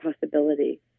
possibility